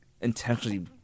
intentionally